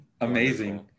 Amazing